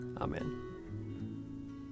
Amen